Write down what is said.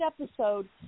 episode